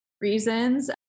reasons